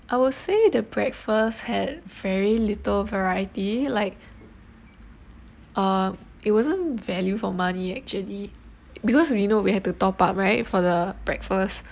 I will say the breakfast had very little variety like uh it wasn't value for money actually because we know we have to top up right for the breakfast